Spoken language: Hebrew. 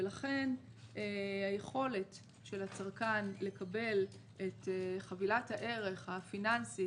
ולכן היכולת של הצרכן לקבל את חבילת הערך הפיננסית